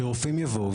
שרופאים יבואו,